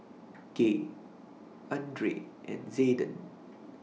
Gay Andrae and Zayden